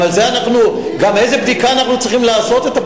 גם איזו בדיקה אנחנו צריכים לעשות את,